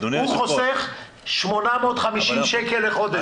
אדוני היושב ראש --- הוא חוסך 850 שקל לחודש.